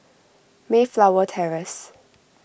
Mayflower Terrace